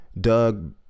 Doug